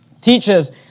teaches